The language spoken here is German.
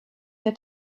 der